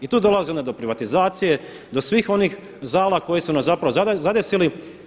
I tu dolazi onda do privatizacije, do svih onih zala koji su nas zapravo zadesili.